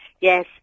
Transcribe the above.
Yes